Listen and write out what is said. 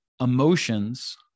emotions